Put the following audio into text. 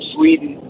Sweden